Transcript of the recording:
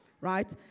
right